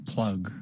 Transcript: Plug